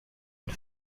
und